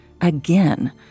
Again